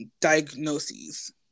diagnoses